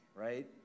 right